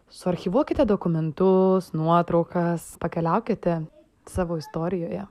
suarchyvuokite dokumentus nuotraukas pakeliaukite savo istorijoje